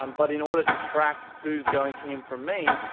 um but in order to track who's going to him from me,